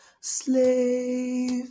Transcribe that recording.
slave